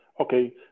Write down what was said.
Okay